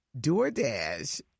DoorDash